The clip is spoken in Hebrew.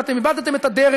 אבל אתם איבדתם את הדרך,